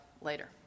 later